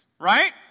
Right